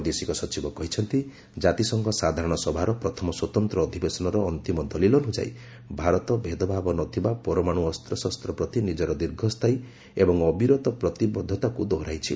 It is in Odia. ବୈଦେଶିକ ସଚିବ କହିଛନ୍ତି ଜାତିସଂଘ ସାଧାରଣ ସଭାର ପ୍ରଥମ ସ୍ପତନ୍ତ୍ର ଅଧିବେଶନର ଅନ୍ତିମ ଦଲିଲ ଅନୁଯାୟୀ ଭାରତ ଭେଦଭାବ ନ ଥିବା ପରମାଣୁ ଅସ୍ତ୍ରଶସ୍ତ ପ୍ରତି ନିଜର ଦୀର୍ଘସ୍ଥାୟୀ ଏବଂ ଅବିରତ ପ୍ରତିବଦ୍ଧତାକୁ ହୋହରାଇଛି